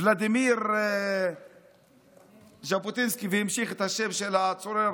ולדימיר ז'בוטינסקי, והמשיך את השם של הצורר